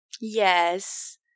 Yes